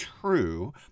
true